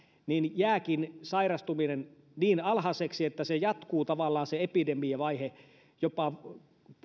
niin jääkin sairastuminen niin alhaiseksi että tavallaan se epidemiavaihe jatkuu jopa